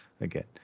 again